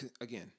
Again